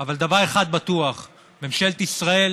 פעם אסירים